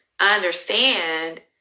understand